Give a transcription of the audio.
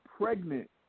pregnant